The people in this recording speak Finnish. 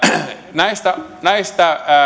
näistä näistä